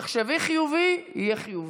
תחשבי חיובי, יהיה חיובי.